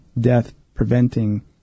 death-preventing